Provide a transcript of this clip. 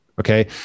Okay